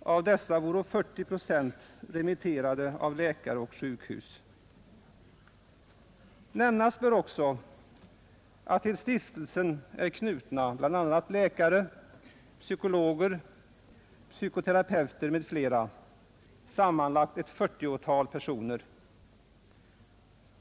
Av dessa var 40 procent remitterade av läkare och sjukhus. Nämnas bör också att till stiftelsen är knutna bl.a. läkare, psykologer och psykoterapeuter — sammanlagt ett 40-tal personer.